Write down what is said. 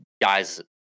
guys